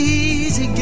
easy